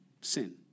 sin